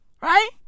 Right